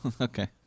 okay